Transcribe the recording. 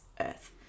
earth